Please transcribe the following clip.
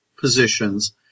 positions